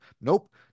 Nope